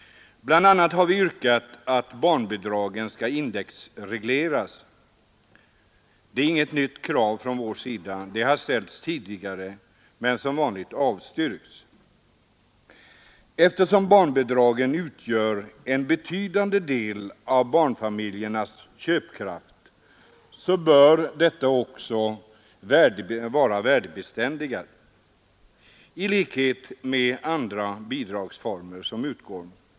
Bl. a. har vi yrkat att barnbidragen skall indexregleras. Det är inget nytt krav från vår sida — det har ställts tidigare men som vanligt avstyrkts. Eftersom barnbidragen utgör en betydande del av barnfamiljernas köpkraft bör de i likhet med andra bidragsformer göras värdebeständiga.